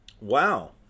wow